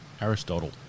Aristotle